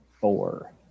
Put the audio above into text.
four